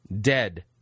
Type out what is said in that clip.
dead